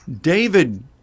David